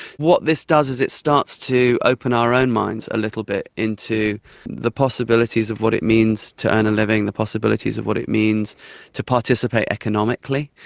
what this does is it starts to open our own minds a little bit into the possibilities of what it means to earn a living, the possibilities of what it means to participate economically.